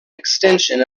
extension